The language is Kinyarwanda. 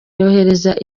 yoherereza